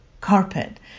carpet